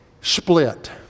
split